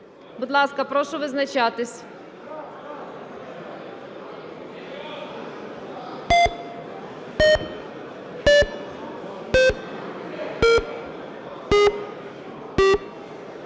Будь ласка, прошу визначатися.